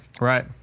Right